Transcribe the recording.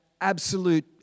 absolute